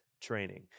training